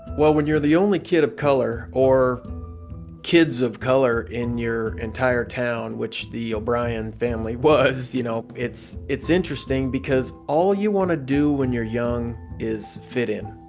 well, when you're the only kid of color or kids of color in your entire town, which the o'brien family was, you know, it's it's interesting because all you want to do when you're young is fit in.